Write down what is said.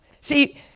See